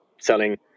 selling